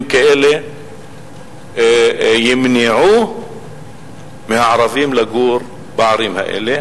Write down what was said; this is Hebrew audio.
כאלה ימנעו מהערבים לגור בערים האלה.